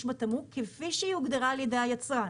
בתמרוק כפי שהיא הוגדרה על ידי היצרן.